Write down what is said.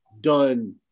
done